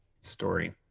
story